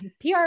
PR